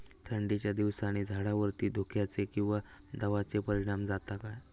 थंडीच्या दिवसानी झाडावरती धुक्याचे किंवा दवाचो परिणाम जाता काय?